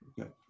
Okay